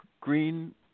green